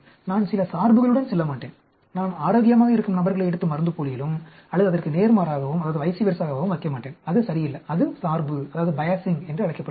நான் சில சார்புகளுடன் செல்லமாட்டேன் நான் ஆரோக்கியமாக இருக்கும் நபர்களை எடுத்து மருந்துப்போலியிலும் அல்லது அதற்கு நேர்மாறாகவும் வைக்க மாட்டேன் அது சரியல்ல அது சார்பு என்று அழைக்கப்படுகிறது